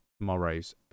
tomorrow's